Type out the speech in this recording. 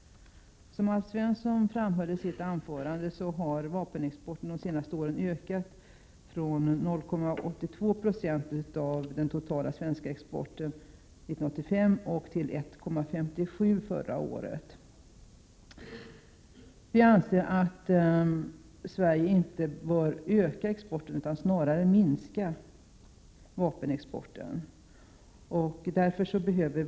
Som AIf Svensson framhöll i sitt anförande har den svenska vapenexporten ökat under de senaste åren, från 0,82 90 av den totala svenska exporten 1985 till 1,57 90 förra året. Vi anser att Sverige inte bör öka utan snarare minska sin vapenexport.